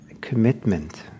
commitment